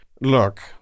look